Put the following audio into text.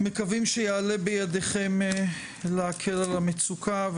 מקווים שיעלה בידיכם להקל על המצוקה.